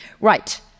Right